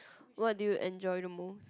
what do you enjoy the most